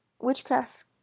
Witchcraft